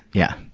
yeah.